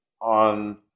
on